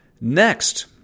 Next